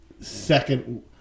second